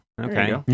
Okay